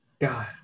God